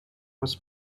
was